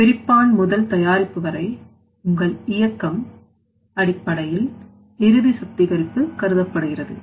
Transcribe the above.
பிரிப்பான் முதல் தயாரிப்பு வரை உங்கள் இயக்கம் அடிப்படையி இறுதி சுத்திகரிப்பு கருதப்படுகிறது